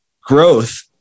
growth